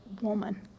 woman